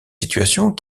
situations